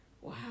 wow